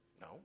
No